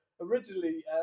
originally